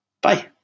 Bye